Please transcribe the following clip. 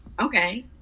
okay